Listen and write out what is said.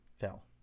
fell